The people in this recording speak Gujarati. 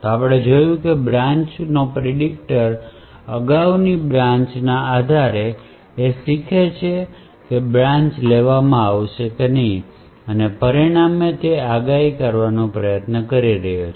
તો આપણે જોયું છે કે બ્રાન્ચ નો પ્રિડિકટર અગાઉની બ્રાન્ચ ના આધારે શીખે છે અને બ્રાન્ચ લેશે કે નહીં તે પરિણામની આગાહી કરવાનો પ્રયાસ કરી રહ્યું છે